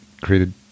created